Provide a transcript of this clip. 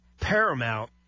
paramount